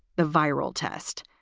the viral test.